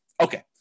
Okay